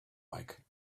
like